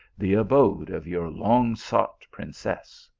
the abode of your long sought princess.